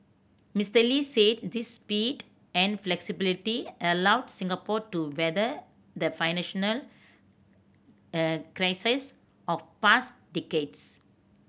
Mister Lee said this speed and flexibility allowed Singapore to weather the financial crises of past decades